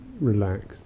relaxed